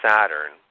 Saturn